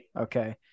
Okay